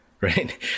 right